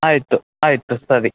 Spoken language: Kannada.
ಆಯಿತು ಆಯಿತು ಸರಿ